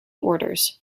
orders